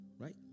Right